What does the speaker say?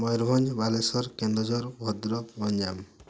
Mayurbhanj Baleswar Kendujhar Bhadrak Ganjam